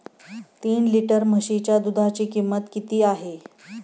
तीन लिटर म्हशीच्या दुधाची किंमत किती आहे?